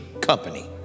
company